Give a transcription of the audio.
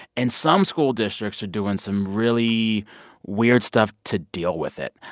and some school districts are doing some really weird stuff to deal with it.